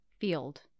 Field